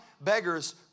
beggars